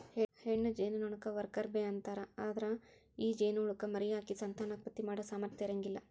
ಹೆಣ್ಣ ಜೇನನೊಣಕ್ಕ worker bee ಅಂತಾರ, ಅದ್ರ ಈ ಜೇನಹುಳಕ್ಕ ಮರಿಹಾಕಿ ಸಂತಾನೋತ್ಪತ್ತಿ ಮಾಡೋ ಸಾಮರ್ಥ್ಯ ಇರಂಗಿಲ್ಲ